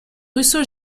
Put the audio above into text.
russo